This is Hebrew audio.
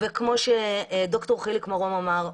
וכמו שד"ר חיליק מרום אמר,